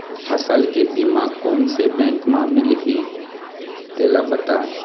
फसल के बीमा कोन से बैंक म मिलही तेला बता?